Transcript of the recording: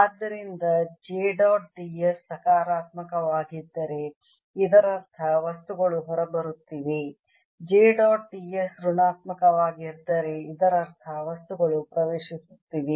ಆದ್ದರಿಂದ j dot d s ಸಕಾರಾತ್ಮಕಗಿದ್ದರೆ ಇದರರ್ಥ ವಸ್ತುಗಳು ಹೊರಹೋಗುತ್ತಿವೆ j ಡಾಟ್ d s ಋಣಾತ್ಮಕವಾಗಿದ್ದರೆ ಇದರರ್ಥ ವಸ್ತುಗಳು ಪ್ರವೇಶಿಸುತ್ತಿವೆ